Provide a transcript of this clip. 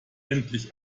endlich